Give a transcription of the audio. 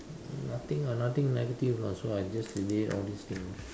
um nothing lah nothing negative lah so I just delete all these things lah